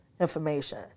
information